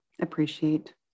appreciate